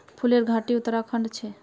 फूलेर घाटी उत्तराखंडत छे